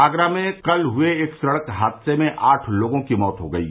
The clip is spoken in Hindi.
आगरा में कल हुए एक सड़क हादसे में आठ लोगों की मौत हो गई है